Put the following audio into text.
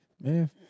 Man